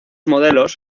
modelos